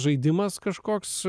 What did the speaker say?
žaidimas kažkoks